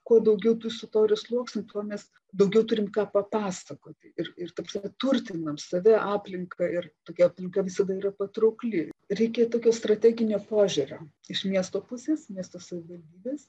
kuo daugiau tų istorijos sluoksnių tuo mes daugiau turim ką papasakoti ir ir ta prasme turtinam save aplinką ir tokia aplinka visada yra patraukli reikia tokio strateginio požiūrio iš miesto pusės miesto savivaldybės